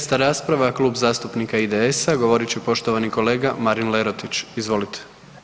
Šesta rasprava, Klub zastupnika IDS-a, govorit će poštovani kolega Marin Lerotić, izvolite.